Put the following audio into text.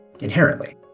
inherently